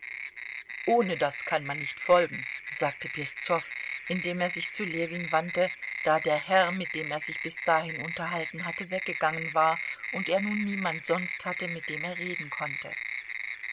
ohne das kann man nicht folgen sagte peszow indem er sich zu ljewin wandte da der herr mit dem er sich bis dahin unterhalten hatte weggegangen war und er nun niemand sonst hatte mit dem er reden konnte